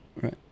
Right